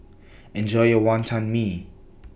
Enjoy your Wonton Mee